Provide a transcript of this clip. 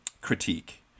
critique